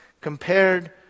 compared